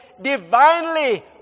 divinely